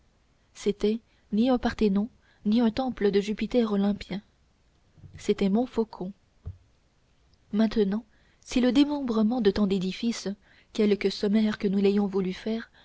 n'était ni un parthénon ni un temple de jupiter olympien c'était montfaucon maintenant si le dénombrement de tant d'édifices quelque sommaire que nous l'ayons voulu faire